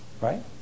right